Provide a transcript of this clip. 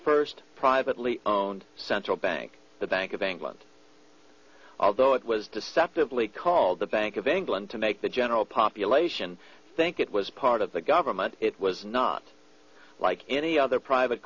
first privately owned central bank the bank of england although it was deceptively called the bank of england to make the general population think it was part of the government it was not like any other private